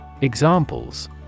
Examples